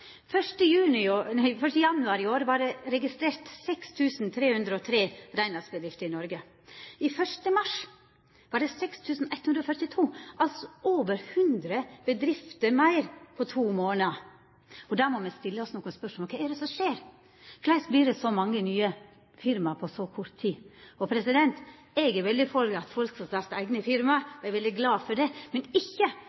januar i år var det registrert 6 142 reinhaldsbedrifter i Noreg. 1. mars var det 6 303, altså over 100 bedrifter meir på to månader. Då må ein stilla nokre spørsmål: Kva er det som skjer? Kvifor vert det så mange nye firma på så kort tid? Eg er veldig for at folk skal få starta eigne